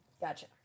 Gotcha